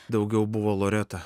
daugiau buvo loreta